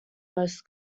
most